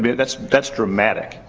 that's that's dramatic.